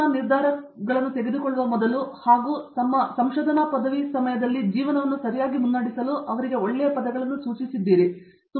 ಮತ್ತು ಅವರು ತಮ್ಮ ನಿರ್ಧಾರಗಳನ್ನು ತೆಗೆದುಕೊಳ್ಳುವ ಮೊದಲು ಇಲ್ಲಿ ಪದವೀಧರ ಶಾಲೆಯಲ್ಲಿ ತಮ್ಮ ಜೀವನವನ್ನು ನೋಡಲು ನಾನು ಅವರಿಗೆ ಸೂಚಿಸಲು ಒಳ್ಳೆಯ ಪದಗಳು